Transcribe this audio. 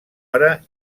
hora